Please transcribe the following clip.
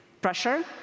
pressure